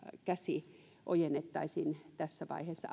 käsi ojennettaisiin tässä vaiheessa